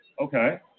Okay